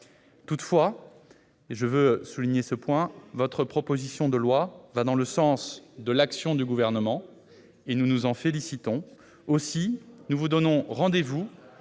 Toutefois- j'insiste sur ce point -, votre proposition de loi va dans le sens de l'action du Gouvernement, et nous nous en félicitons. Aussi, nous vous donnons rendez-vous